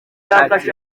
akarere